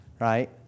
right